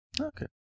Okay